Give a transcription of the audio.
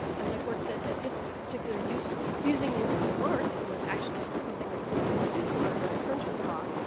and the court said that this particular use, confusing use of the mark, was actually something that you could be sued for under infringement law,